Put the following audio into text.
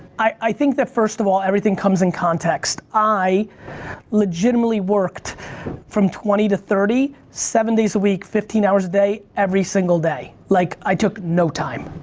i think that first of all, everything comes in context. i legitimately worked from twenty to thirty seven days a week, fifteen hours a day every single day like i took no time,